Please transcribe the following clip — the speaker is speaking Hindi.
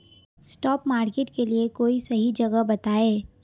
स्पॉट मार्केट के लिए कोई सही जगह बताएं